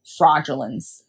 fraudulence